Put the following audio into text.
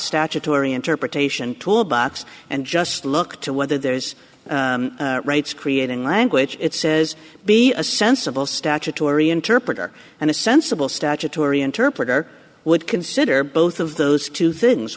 statutory interpretation tool box and just look to whether there's rights creating language it says be a sensible statutory interpreter and a sensible statutory interpreter would consider both of those two things